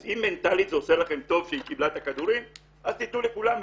אז אם מנטאלית זה עושה לכם טוב שהיא קיבלה את הכדורים אז תתנו לכולם,